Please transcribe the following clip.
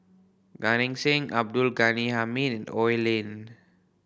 Gan Eng Seng Abdul Ghani Hamid Oi Lin